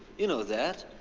you know that.